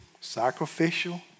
sacrificial